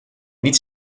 niet